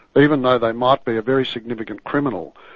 even though they might be a very significant criminal,